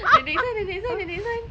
the next one the next one the next one